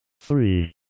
Three